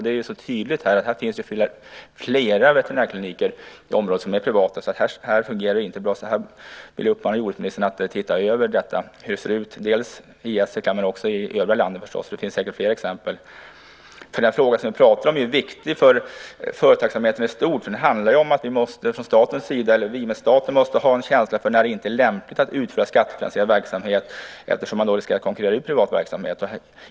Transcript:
Här är det så tydligt, och det finns flera veterinärkliniker i området som är privata. Det fungerar inte bra, så jag vill uppmana jordbruksministern att se över det här - i Gästrikland och i hela landet förstås. Det finns säkert fler exempel. Den här frågan är viktig för företagsamheten i stort. Det handlar om att staten måste ha en känsla för när det inte är lämpligt att utföra skattefinansierad verksamhet eftersom man då riskerar att konkurrera ut privat verksamhet.